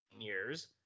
years